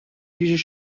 پیش